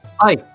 Hi